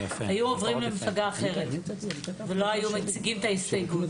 היו עוברים למפלגה אחרת ולא היו מנמקים את ההסתייגות.